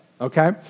Okay